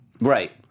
right